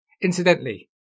Incidentally